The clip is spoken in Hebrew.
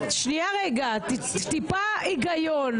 טיפה היגיון,